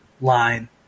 line